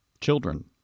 Children